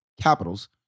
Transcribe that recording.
Capitals